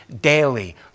daily